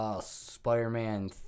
Spider-Man